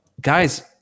guys